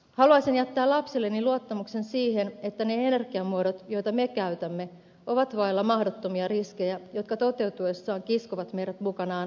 haluaisin jättää lapsilleni luottamuksen siihen että ne energiamuodot joita me käytämme ovat vailla mahdottomia riskejä jotka toteutuessaan kiskovat meidät mukanaan loputtomaan painajaiseen